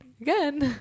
again